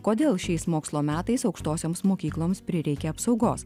kodėl šiais mokslo metais aukštosioms mokykloms prireikė apsaugos